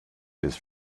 his